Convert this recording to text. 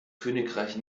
königreich